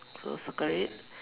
so circle it